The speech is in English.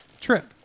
Trip